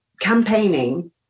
campaigning